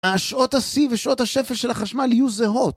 ‫השעות השיא ושעות השפל של החשמל ‫יהיו זהות.